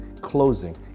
closing